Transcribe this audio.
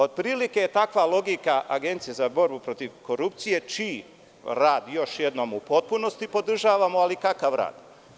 Otprilike je takva logika Agencije za borbu protiv korupcije, čiji rad još jednom u potpunosti podržavamo, ali kakav rad?